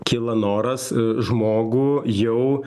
kyla noras žmogų jau